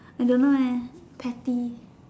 I don't know lah petty